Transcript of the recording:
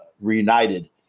reunited